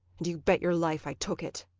and you bet your life i took it!